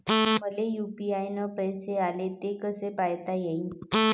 मले यू.पी.आय न पैसे आले, ते कसे पायता येईन?